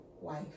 wife